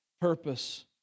purpose